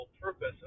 purpose